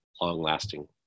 long-lasting